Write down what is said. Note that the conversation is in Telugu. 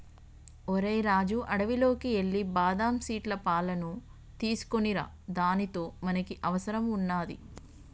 ఓరై రాజు అడవిలోకి ఎల్లి బాదం సీట్ల పాలును తీసుకోనిరా దానితో మనకి అవసరం వున్నాది